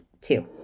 two